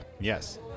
Yes